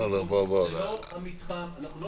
אנחנו לא